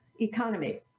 economy